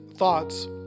Thoughts